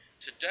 Today